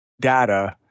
data